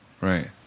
Right